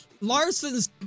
Larson's